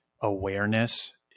awareness